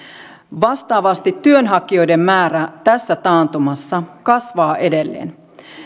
vastaavasti työnhakijoiden määrä tässä taantumassa kasvaa edelleen